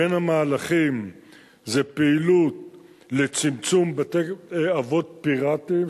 בין המהלכים יש פעילות לצמצום בתי-אבות פיראטיים,